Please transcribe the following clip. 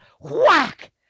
Whack